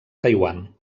taiwan